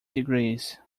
degrees